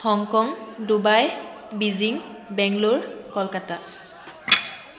Hong Kong Dubai Beijing Bangalore Kolkata